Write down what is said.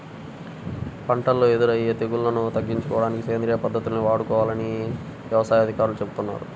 పంటల్లో ఎదురయ్యే తెగుల్లను తగ్గించుకోడానికి సేంద్రియ పద్దతుల్ని వాడుకోవాలని యవసాయ అధికారులు చెబుతున్నారు